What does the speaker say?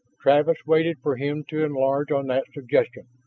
travis waited for him to enlarge on that suggestion.